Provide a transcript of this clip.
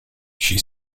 she